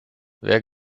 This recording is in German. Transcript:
wer